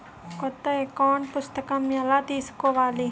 కొత్త అకౌంట్ పుస్తకము ఎలా తీసుకోవాలి?